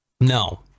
No